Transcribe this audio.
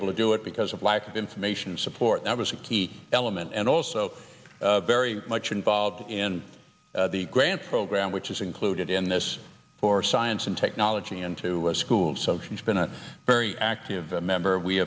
able to do it because of lack of information support that was a key element and also very much involved in the grant program which is included in this for science and technology into schools so she's been a very active member we